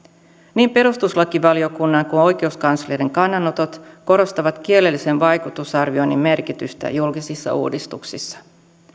niin perustuslakivaliokunnan kuin oikeuskanslerin kannanotot korostavat kielellisen vaikutusarvioinnin merkitystä julkisissa uudistuksissa